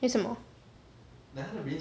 为什么